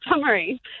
summary